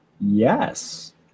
Yes